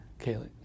Kaylee